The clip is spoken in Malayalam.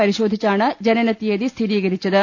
പരിശോധിച്ചാണ് ജനനതീയതി സ്ഥിരീകരിച്ചത്